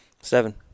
Seven